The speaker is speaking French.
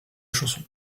chansons